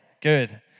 Good